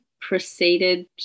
proceeded